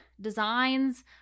designs